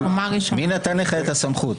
מי נתן לך את הסמכות?